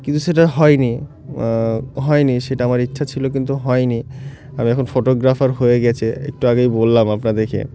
কিন্তু সেটা হয়নি হয়নি সেটা আমার ইচ্ছা ছিল কিন্তু হয়নি আমি এখন ফটোগ্রাফার হয়ে গেছে একটু আগেই বললাম আপনাদেরকে